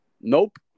Nope